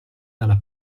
dalla